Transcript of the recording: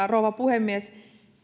rouva puhemies